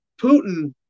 Putin